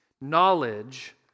Knowledge